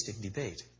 debate